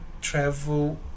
travel